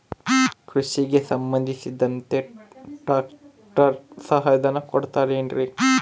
ಕೃಷಿಗೆ ಸಂಬಂಧಿಸಿದಂತೆ ಟ್ರ್ಯಾಕ್ಟರ್ ಸಹಾಯಧನ ಕೊಡುತ್ತಾರೆ ಏನ್ರಿ?